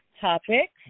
topic